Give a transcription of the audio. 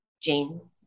Jane